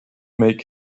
make